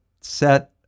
set